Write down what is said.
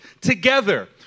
together